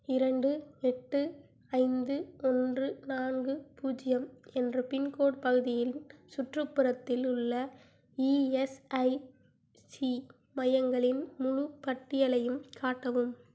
இரண்டு எட்டு ஐந்து ஒன்று நான்கு பூஜ்ஜியம் என்ற பின்கோடு பகுதியின் சுற்றுப்புறத்தில் உள்ள இஎஸ்ஐசி மையங்களின் முழு பட்டியலையும் காட்டவும்